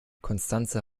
constanze